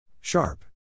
Sharp